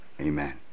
Amen